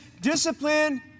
discipline